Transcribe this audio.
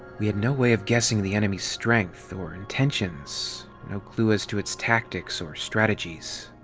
we had no way of guessing the enemy's strength or intentions no clue as to its tactics or strategies.